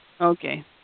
Okay